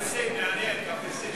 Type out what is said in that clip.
קפריסין, מעניין, קפריסין.